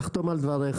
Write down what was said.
נחתום על דברייך.